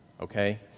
okay